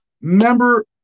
member